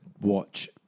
watch